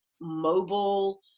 mobile